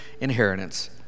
inheritance